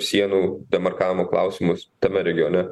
sienų demarkavimo klausimus tame regione